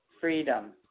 freedom